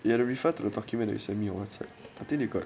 you have to refer to the document that you send me on Whatsapp I think you got